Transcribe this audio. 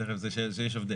יש הבדל.